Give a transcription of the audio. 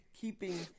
keeping